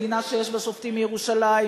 מדינה שיש בה שופטים בירושלים,